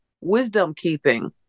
wisdom-keeping